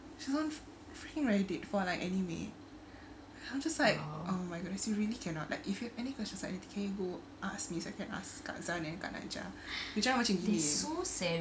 she's on freaking Reddit for like anime I was just like oh my goodness you really cannot like if you have any questions like you can you go ask me at least I can ask kak zan and kak najhah you jangan macam gini eh